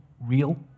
real